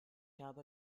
habe